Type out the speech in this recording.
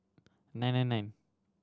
nine nine nine